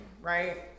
right